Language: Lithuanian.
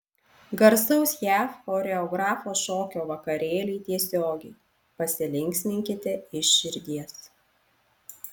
garsaus jav choreografo šokio vakarėliai tiesiogiai pasilinksminkite iš širdies